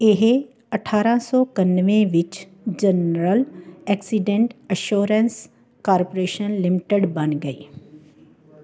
ਇਹ ਅਠਾਰਾਂ ਸੌ ਇਕਾਨਵੇਂ ਵਿੱਚ general accident insurance corporation limited ਬਣ ਗਈ